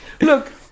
Look